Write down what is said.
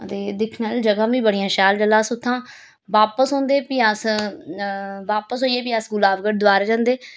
ते दिक्खन आह्लियां जगह् बी बड़ियां शैल जेल्लै अस उत्थां बापस औंदे फ्ही अस बापस होइयै फ्ही अस गुलाबगढ़ दबारा जन्दे